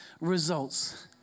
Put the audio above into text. results